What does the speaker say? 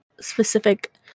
specific